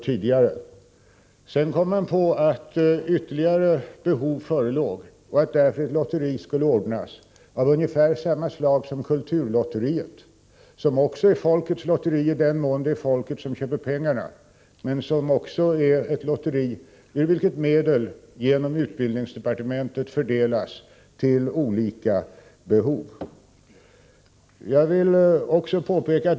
Sedan kom man på att ytterligare behov förelåg och att därför ett lotteri, av ungefär samma slag som kulturlotteriet, skulle ordnas. Även kulturlotteriet är folkets lotteri i den mån det är folket som köper lotterna, men det är också ett lotteri ur vilket medel, genom utbildningsdepartementet, fördelas till olika behov.